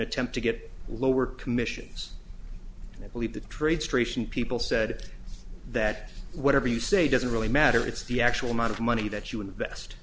attempt to get lower commissions and i believe the trade strafing people said that whatever you say doesn't really matter it's the actual amount of money that you invest